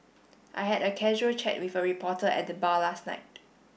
I had a casual chat with a reporter at the bar last night